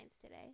today